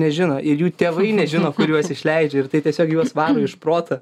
nežino ir jų tėvai nežino kur juos išleidžia ir tai tiesiog juos varo iš proto